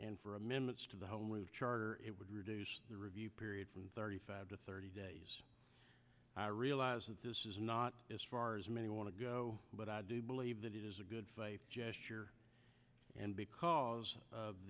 and for amendments to the whole new charter it would reduce the review period from thirty five to thirty days i realize that this is not as far as many want to go but i do believe that it is a good gesture and because of